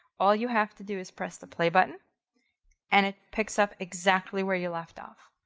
all you have to do is press the play button and it picks up exactly where you left off.